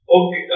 Okay